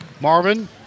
Marvin